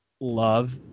love